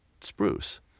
spruce